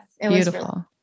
beautiful